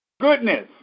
Goodness